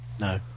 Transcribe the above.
No